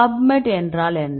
PubMed என்றால் என்ன